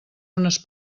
unes